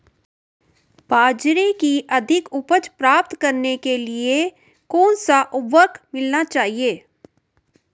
बाजरे की अधिक उपज प्राप्त करने के लिए कौनसा उर्वरक मिलाना चाहिए?